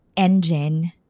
Engine